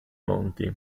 monti